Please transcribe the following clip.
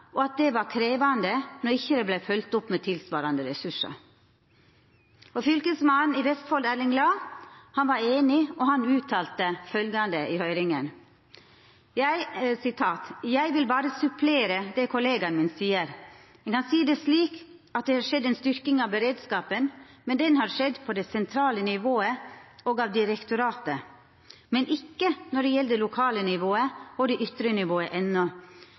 og at det var krevjande når det ikkje vart følgt opp med tilsvarande ressursar. Fylkesmannen i Vestfold, Erling Lae, var einig, og han uttalte følgjande i høyringa: «Jeg vil bare supplere det kollegaen min sier. En kan si det slik at det har skjedd en styrking av beredskapen, men den har skjedd på det sentrale nivået og av direktoratet, men ikke når det gjelder det lokale nivået og det ytre nivået, ennå.